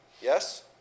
Yes